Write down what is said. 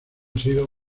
sido